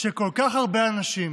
של כל כך הרבה אנשים